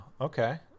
okay